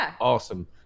awesome